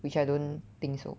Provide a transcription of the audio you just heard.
which I don't think so